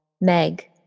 Meg